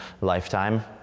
lifetime